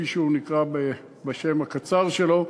כפי שהוא נקרא בשם הקצר שלו,